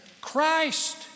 Christ